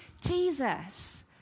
Jesus